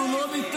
קיצצתם